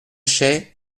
chaix